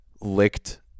licked